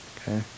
Okay